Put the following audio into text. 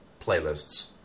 playlists